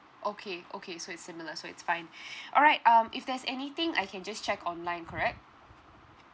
okay okay so it's similar so it's fine alright um if there's anything I can just check online correct